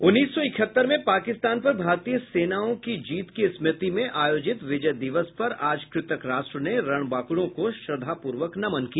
उन्नीस सौ इकहत्तर में पाकिस्तान पर भारतीय सेनाओं की जीत की स्मृति में आयोजित विजय दिवस पर आज कृतज्ञ राष्ट्र ने रणबांकुरों को श्रद्वापूर्वक नमन किया